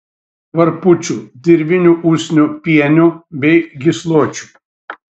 varpučių dirvinių usnių pienių bei gysločių